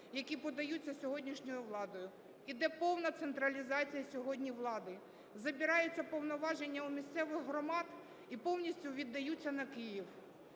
які подаються сьогоднішньою владою? Іде повна централізація сьогодні влади, забираються повноваження у місцевих громад і повністю віддаються на Київ.